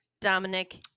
Dominic